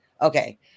Okay